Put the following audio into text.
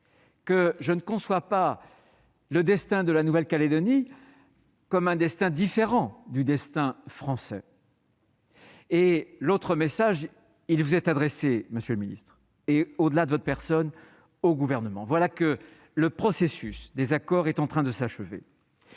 Je ne conçois pas le destin de la Nouvelle-Calédonie comme étant différent du destin français. Le second message vous est adressé, monsieur le ministre, et, au-delà de votre personne, au Gouvernement. Dès lors que le processus des accords est en train de s'achever,